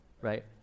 right